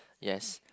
yes